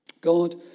God